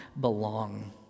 belong